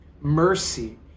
Mercy